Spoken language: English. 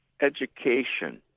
education